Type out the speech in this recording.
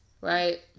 Right